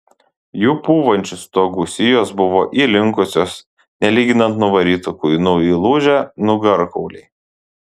jų pūvančių stogų sijos buvo įlinkusios nelyginant nuvarytų kuinų įlūžę nugarkauliai